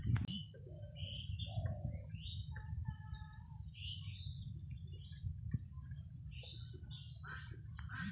রাইসিনা মানে হচ্ছে কিসমিস যেটা আঙুরকে শুকিয়ে বানানো হয়